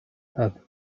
have